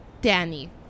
Danny